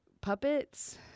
puppets